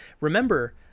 remember